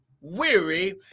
weary